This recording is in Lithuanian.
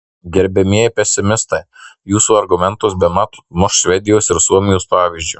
gerbiamieji pesimistai jūsų argumentus bemat muš švedijos ir suomijos pavyzdžiu